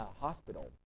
hospital